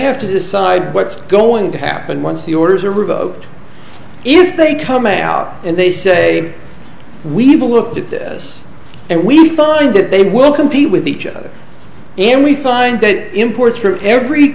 have to decide what's going to happen once the orders are revoked if they come a out and they say we've looked at this and we find that they will compete with each other and we find that